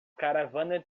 caravana